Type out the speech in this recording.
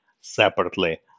separately